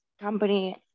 company